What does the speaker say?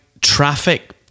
traffic